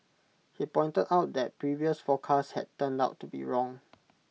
he pointed out that previous forecasts had turned out to be wrong